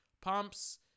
pumps